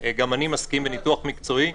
גם אני מסכים בניתוח מקצועי.